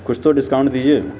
کچھ تو ڈسکاؤنٹ دیجیے